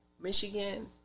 Michigan